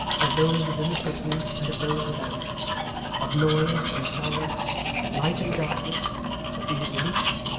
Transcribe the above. of those within the prison and of those without of noise and silence light and darkness of being released,